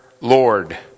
Lord